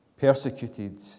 persecuted